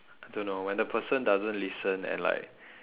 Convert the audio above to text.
I don't know when the person doesn't listen and like